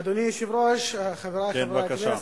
אדוני היושב-ראש, חברי חברי הכנסת,